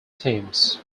teams